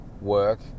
work